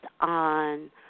on